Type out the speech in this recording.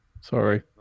Sorry